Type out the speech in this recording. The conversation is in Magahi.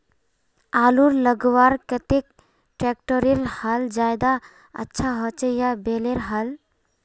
आलूर लगवार केते ट्रैक्टरेर हाल ज्यादा अच्छा होचे या बैलेर हाल?